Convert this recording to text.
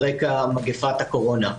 על רקע מגפת הקורונה.